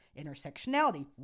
intersectionality